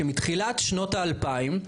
זה שמתחילת שנות ה-2000,